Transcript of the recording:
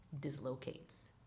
dislocates